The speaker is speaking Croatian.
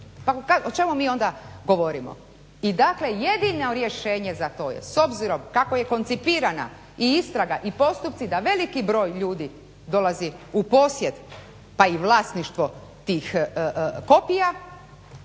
O čemu mi onda govorimo? I dakle jedino rješenje za to je s obzirom kako je koncipirana i istraga i postupci da veliki broj ljudi dolazi u posjed pa i vlasništvo tih kopija,